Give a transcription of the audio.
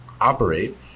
operate